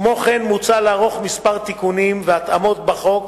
כמו כן מוצע לערוך כמה תיקונים והתאמות בחוק,